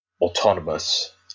autonomous